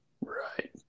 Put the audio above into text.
right